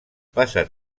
passat